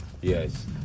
yes